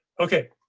ok.